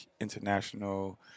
international